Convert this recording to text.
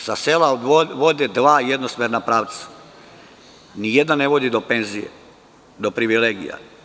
Sa sela vode dva jednosmerna pravca, ni jedan ne vodi do penzije, do privilegija.